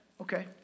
Okay